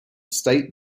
state